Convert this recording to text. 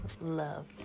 love